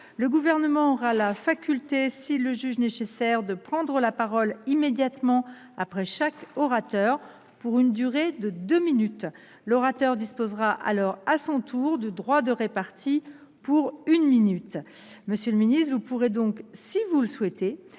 le Gouvernement aura la faculté, s’il le juge nécessaire, de prendre la parole immédiatement après chaque orateur pour une durée de deux minutes ; l’orateur disposera alors à son tour d’un droit de répartie, pour une minute. Monsieur le ministre délégué, vous pourrez donc, si vous le souhaitez,